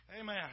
Amen